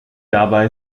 dabei